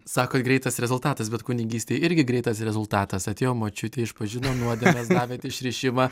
sakot greitas rezultatas bet kunigystėj irgi greitas rezultatas atėjo močiutė išpažino nuodėmes davėt išrišimą